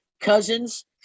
Cousins